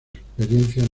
experiencias